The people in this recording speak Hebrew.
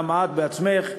גם את בעצמך,